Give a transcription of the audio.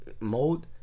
mode